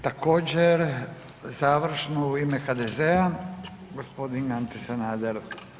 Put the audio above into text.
Također završno u ime HDZ-a gospodin Ante Sanader.